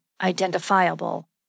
identifiable